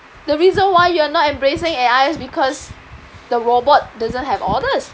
the reason why you're not embracing A_I is because the robot doesn't have all these